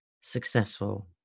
successful